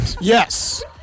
yes